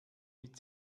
mit